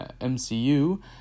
MCU